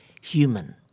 human